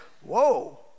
whoa